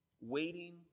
Waiting